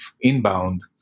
inbound